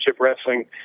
Wrestling